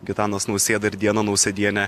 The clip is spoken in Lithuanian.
gitanas nausėda ir diana nausėdienė